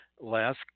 last